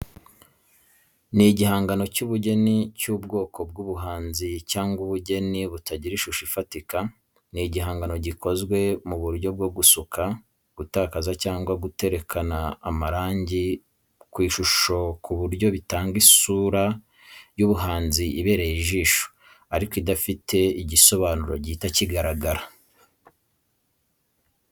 Ni igihangano cy’ubugeni cy’ubwoko bw'ubuhanzi cyangwa ubugeni butagira ishusho ifatika. Ni igihangano gikozwe mu buryo bwo gusuka, gutakaza cyangwa guteretana amarangi ku ishusho ku buryo bitanga isura y’ubuhanzi ibereye ijisho, ariko idafite igisobanuro gihita kigaragara.